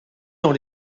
dans